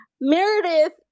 Meredith